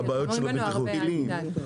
הם נלחמים בנו הרבה, אל תדאג.